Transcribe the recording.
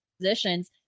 positions